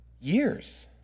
years